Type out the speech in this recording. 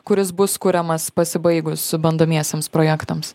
kuris bus kuriamas pasibaigus bandomiesiems projektams